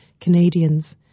Canadians